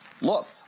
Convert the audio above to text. Look